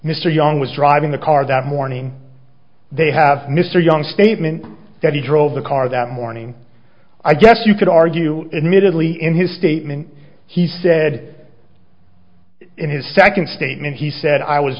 mr young was driving the car that morning they have mr young statement that he drove the car that morning i guess you could argue admittedly in his statement he said in his second statement he said i was